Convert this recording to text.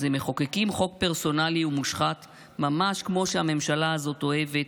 אז הם מחוקקים חוק פרסונלי ומושחת ממש כמו שהממשלה הזאת אוהבת.